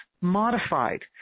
modified